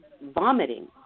vomiting